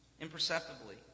imperceptibly